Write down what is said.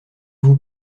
vous